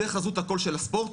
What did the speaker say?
זה חזות הכול של הספורט?